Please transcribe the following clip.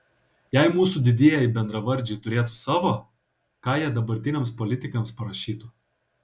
jei mūsų didieji bendravardžiai turėtų savo ką jie dabartiniams politikams parašytų